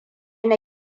na